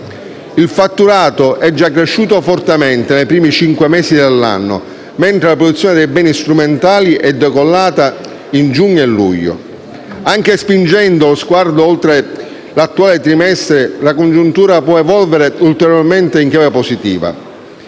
il fatturato è già cresciuto fortemente nei primi cinque mesi dell'anno, mentre la produzione di beni strumentali è decollata in giugno e luglio. Anche spingendo lo sguardo oltre l'attuale trimestre, la congiuntura può evolvere ulteriormente in chiave positiva.